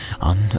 on